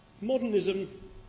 Modernism